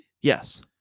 Yes